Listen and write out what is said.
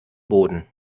boden